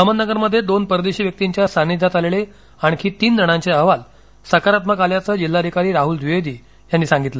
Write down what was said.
अहमदनगरमध्ये दोन परदेशी व्यक्तींच्या सान्निध्यात आलेले आणखी तीन जणांचे अहवाल सकारात्मक आल्याचं जिल्हाधिकारी राहुल द्विवेदी यांनी सांगितलं